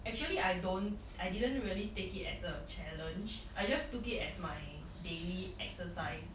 actually I don't I didn't really take it as a challenge I just took it as my daily exercise